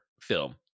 film